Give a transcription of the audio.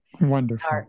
Wonderful